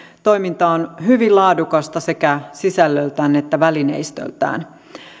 toiminta on hyvin laadukasta sekä sisällöltään että välineistöltään